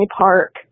park